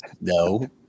No